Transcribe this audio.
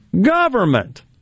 government